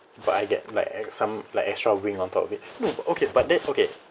but I get like some like extra wing on top of it no okay but then okay